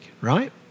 right